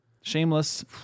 Shameless